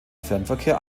fernverkehr